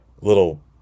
little